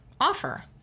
offer